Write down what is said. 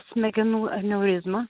smegenų aneurizma